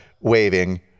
waving